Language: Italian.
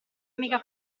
mica